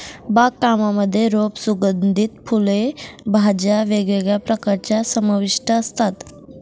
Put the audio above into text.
बाग कामांमध्ये रोप, सुगंधित फुले, भाज्या वेगवेगळ्या प्रकारच्या समाविष्ट असतात